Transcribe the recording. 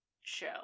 show